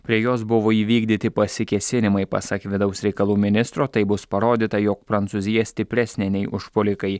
prie jos buvo įvykdyti pasikėsinimai pasak vidaus reikalų ministro taip bus parodyta jog prancūzija stipresnė nei užpuolikai